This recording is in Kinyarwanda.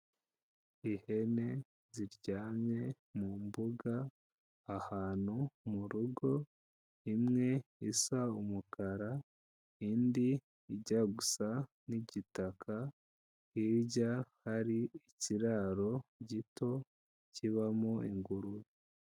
Ihene ziryamye mu mbuga ahantu mu rugo, imwe isa umukara, indi ijya gusa n'igitaka, hirya hari ikiraro gito kibamo ingurube.